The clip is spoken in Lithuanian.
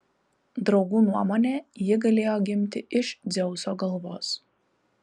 draugų nuomone ji galėjo gimti iš dzeuso galvos